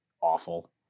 awful